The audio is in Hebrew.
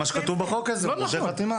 הוא לא מורשה חתימה.